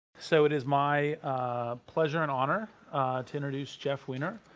so it is my pleasure and honor to introduce jeff weiner.